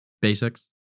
basics